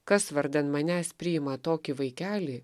kas vardan manęs priima tokį vaikelį